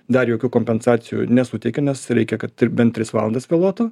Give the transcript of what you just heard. dar jokių kompensacijų nesuteikia nes reikia kad ir bent tris valandas vėluotų